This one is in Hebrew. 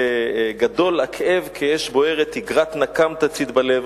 גדול הכאב כאש בוערת, תגרת נקם תצית בלב.